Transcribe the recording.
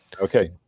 Okay